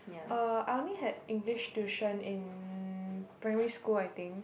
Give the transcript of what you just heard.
uh I only had English tuition in primary school I think